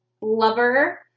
lover